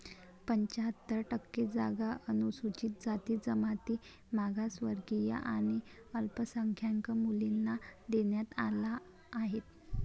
पंच्याहत्तर टक्के जागा अनुसूचित जाती, जमाती, मागासवर्गीय आणि अल्पसंख्याक मुलींना देण्यात आल्या आहेत